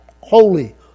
Holy